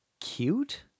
cute